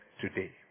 today